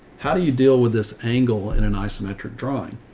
how do you deal with this angle in an isometric drawing?